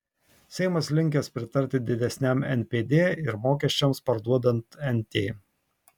seimas linkęs pritarti didesniam npd ir mokesčiams parduodant nt